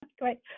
great